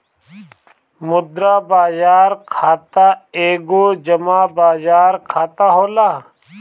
मुद्रा बाजार खाता एगो जमा बाजार खाता होला